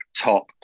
top